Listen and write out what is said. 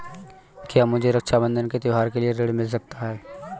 क्या मुझे रक्षाबंधन के त्योहार के लिए ऋण मिल सकता है?